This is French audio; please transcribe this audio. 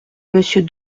monsieur